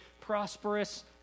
prosperous